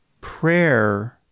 prayer